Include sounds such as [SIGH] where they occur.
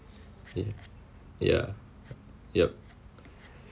[NOISE] yeah yup